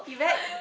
you very